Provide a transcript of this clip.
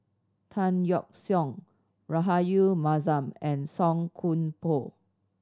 Tan Yeok Seong Rahayu Mahzam and Song Koon Poh